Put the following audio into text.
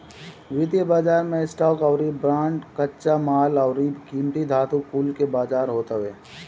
वित्तीय बाजार मे स्टॉक अउरी बांड, कच्चा माल अउरी कीमती धातु कुल के बाजार होत हवे